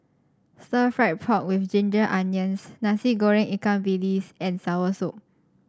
stir fry pork with Ginger Onions Nasi Goreng Ikan Bilis and soursop